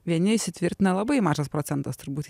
vieni įsitvirtina labai mažas procentas turbūt